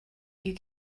you